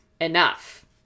enough